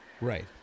Right